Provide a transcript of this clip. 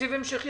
תקציב המשכי.